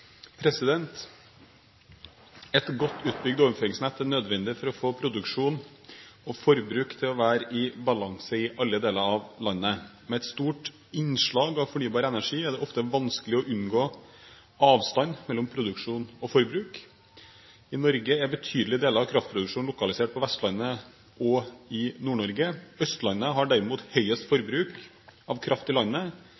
Et godt utbygd overføringsnett er nødvendig for å få produksjon og forbruk til å være i balanse i alle deler av landet. Med et stort innslag av fornybar energi er det ofte vanskelig å unngå avstand mellom produksjon og forbruk. I Norge er betydelige deler av kraftproduksjonen lokalisert på Vestlandet og i Nord-Norge. Østlandet har derimot høyest